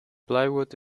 plywood